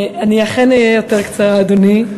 אני אכן אהיה יותר קצרה, אדוני.